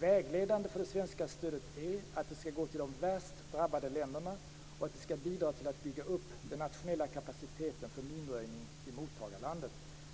Vägledande för det svenska stödet är att det skall gå till de värst drabbade länderna och att det skall bidra till att bygga upp den nationella kapaciteten för minröjning i mottagarlandet,